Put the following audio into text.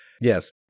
Yes